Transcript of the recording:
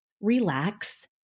relax